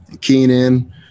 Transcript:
Keenan